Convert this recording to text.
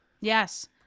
Yes